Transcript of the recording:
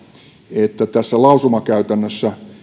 että tässä lausumakäytännössä